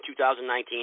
2019